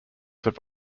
have